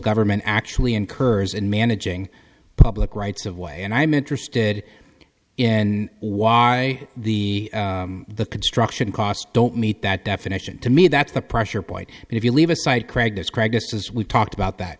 government actually incurs in managing public rights of way and i'm interested in why the the construction costs don't meet that definition to me that's the pressure point and if you leave aside krag described distance we talked about that